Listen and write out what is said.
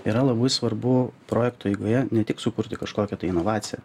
yra labai svarbu projekto eigoje ne tik sukurti kažkokią tai inovaciją